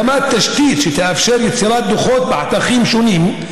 הקמת תשתית שתאפשר יצירת דוחות בחתכים שונים,